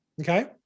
Okay